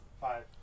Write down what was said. Five